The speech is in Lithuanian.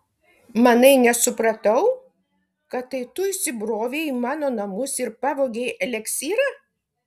manai nesupratau kad tai tu įsibrovei į mano namus ir pavogei eliksyrą